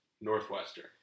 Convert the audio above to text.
Northwestern